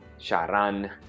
Sharan